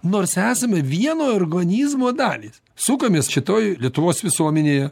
nors esame vieno organizmo dalys sukamės šitoj lietuvos visuomenėje